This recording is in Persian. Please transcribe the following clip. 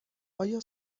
آیا